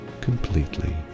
completely